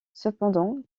cependant